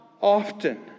Often